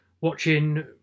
watching